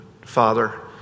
Father